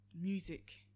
Music